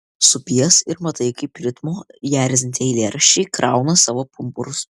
supies ir matai kaip ritmo įerzinti eilėraščiai krauna savo pumpurus